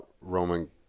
Roman